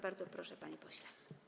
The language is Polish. Bardzo proszę, panie pośle.